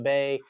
Bay